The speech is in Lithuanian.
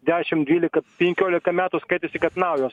dešim dvylika penkiolika metų skaitosi kad naujas